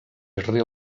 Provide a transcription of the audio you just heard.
sri